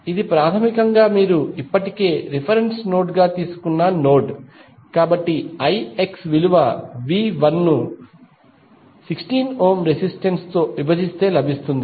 ఇది ప్రాథమికంగా మీరు ఇప్పటికే రిఫరెన్స్ నోడ్ గా తీసుకున్న నోడ్ కాబట్టి IXవిలువ V1 ను 16 ఓం రెసిస్టెన్స్ తో విభజిస్తే లభిస్తుంది